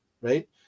right